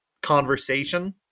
conversation